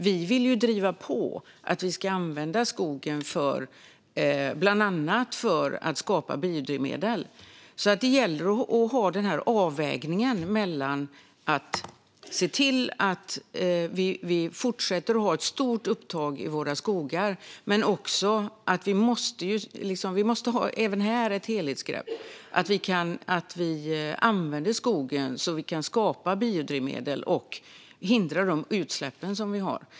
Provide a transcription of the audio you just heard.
Vi vill ju driva på att vi ska använda skogen bland annat för att skapa biodrivmedel, så det gäller att ha ett helhetsgrepp och en avvägning mellan att fortsätta att ha ett stort upptag i våra skogar och att använda skogen så att vi kan skapa biodrivmedel och hindra våra utsläpp.